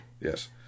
Yes